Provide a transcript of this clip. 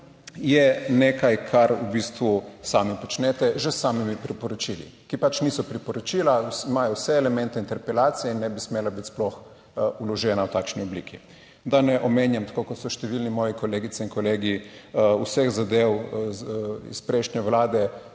je nekaj kar v bistvu sami počnete že s samimi priporočili, ki pač niso priporočila, imajo vse elemente interpelacije in ne bi smela biti sploh vložena v takšni obliki. Da ne omenjam, tako kot so številni moji kolegice in kolegi, vseh zadev iz prejšnje vlade,